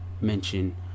mention